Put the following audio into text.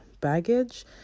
baggage